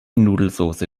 nudelsoße